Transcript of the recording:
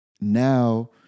Now